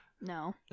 No